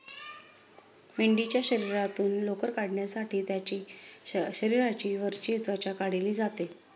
मेंढीच्या शरीरातून लोकर काढण्यासाठी त्यांची शरीराची वरची त्वचा काढली जाते